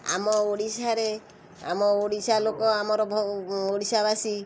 ଆମ ଓଡ଼ିଶାରେ ଆମ ଓଡ଼ିଶା ଲୋକ ଆମର ବହୁ ଓଡ଼ିଶାବାସୀ